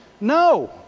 No